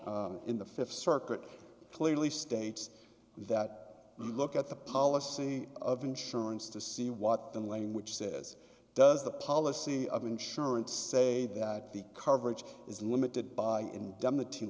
in the fifth circuit clearly states that you look at the policy of insurance to see what the language says does the policy of insurance say that the coverage is limited by in the te